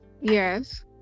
yes